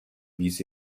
wies